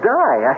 die